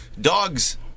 dogs